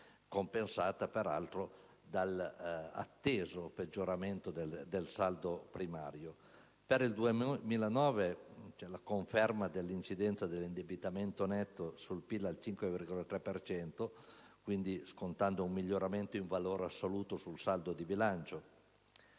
compensata però dall'atteso peggioramento del saldo primario. Per il 2009 c'è la conferma dell'incidenza dell'indebitamento netto sul PIL al 5,3 per cento, scontando quindi un miglioramento in valore assoluto sul saldo di bilancio.